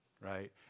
right